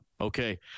Okay